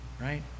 right